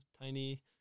tiny